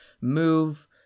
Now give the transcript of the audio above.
move